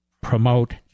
promote